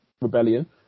rebellion